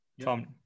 Tom